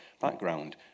background